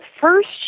first